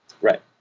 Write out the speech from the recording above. Right